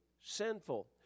sinful